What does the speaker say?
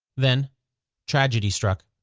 then tragedy struck.